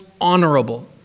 honorable